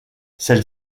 celle